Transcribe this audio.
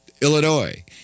Illinois